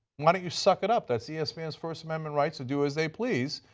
why don't you suck it up? that's yeah espn's first amendment rights to do as they please.